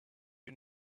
you